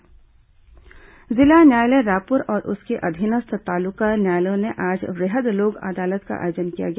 वृहद लोक अदालत जिला न्यायालय रायपुर और उसके अधीनस्थ तालुका न्यायालयों में आज वृहद लोक अदालत का आयोजन किया गया